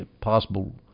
possible